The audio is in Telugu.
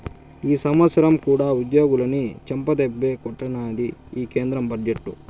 ఈ సంవత్సరం కూడా ఉద్యోగులని చెంపదెబ్బే కొట్టినాది ఈ కేంద్ర బడ్జెట్టు